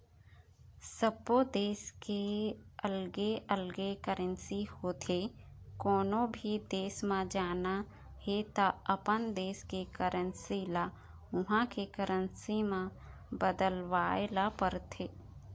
सब्बो देस के अलगे अलगे करेंसी होथे, कोनो भी देस म जाना हे त अपन देस के करेंसी ल उहां के करेंसी म बदलवाए ल परथे